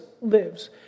lives